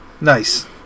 nice